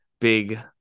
big